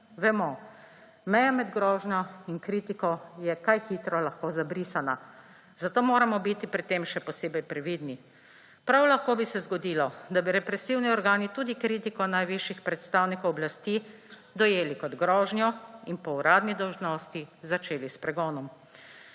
Vemo, meja med grožnjo in kritiko je kaj hitro lahko zabrisana, zato moramo biti pri tem še posebej previdni. Prav lahko bi se zgodilo, da bi represivni organi tudi kritiko najvišjih predstavnikov oblasti dojeli kot grožnjo in po uradni dolžnosti začeli s pregonom.